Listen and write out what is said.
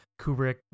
Kubrick